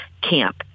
camp